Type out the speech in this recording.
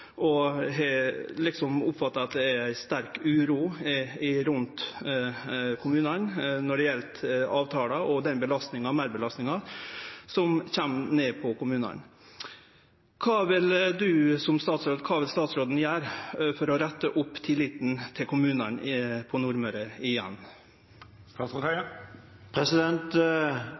og eg har oppfatta at det er ei sterk uro i kommunane når det gjeld avtala og den meirbelastinga som kjem på kommunane. Kva vil statsråden gjere for å rette opp tillita i kommunane på Nordmøre igjen?